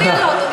תודה.